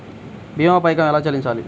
భీమా పైకం ఎలా చెల్లించాలి?